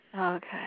Okay